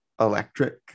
electric